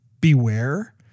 beware